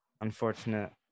unfortunate